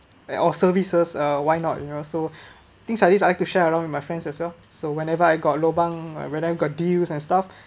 or services uh why not you know so things like this I like to share around with my friends as well so whenever I got lobang when I got deals and stuff